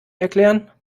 erklären